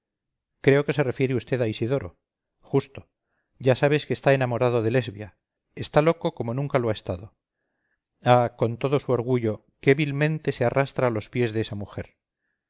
creo que se refiere vd a isidoro justo ya sabes que está enamorado de lesbia está loco como nunca lo ha estado ah con todo su orgullo qué vilmente se arrastra a los pies de esa mujer